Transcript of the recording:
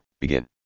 begin